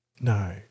No